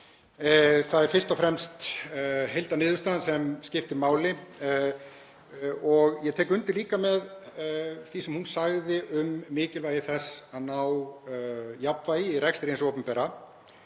það er fyrst og fremst heildarniðurstaðan sem skiptir máli og ég tek líka undir það sem hún sagði um mikilvægi þess að ná jafnvægi í rekstri hins opinbera.